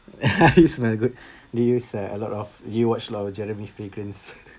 is very good do use uh a lot of you watch lot of jeremy fragrance